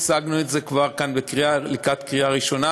הצגנו את זה כבר כאן לקראת קריאה ראשונה,